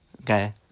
okay